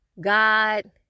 god